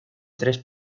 tres